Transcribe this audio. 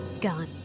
Gone